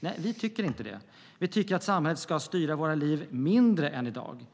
Nej, vi tycker inte det. Vi tycker att samhället ska styra våra liv mindre än i dag.